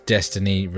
Destiny